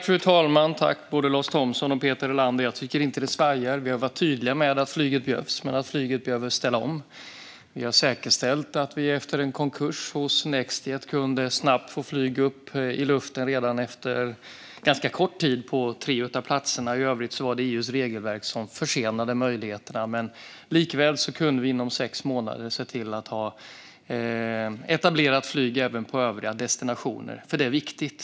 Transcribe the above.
Fru talman! Jag tycker inte att det svajar. Vi har varit tydliga med att flyget behövs men att flyget behöver ställa om. Efter Nextjets konkurs kunde vi snabbt få flyg upp i luften på tre av platserna. I övrigt var det EU:s regelverk som försenade möjligheterna. Likväl kunde vi inom sex månader se till att etablera flyg även på övriga destinationer eftersom det var viktigt.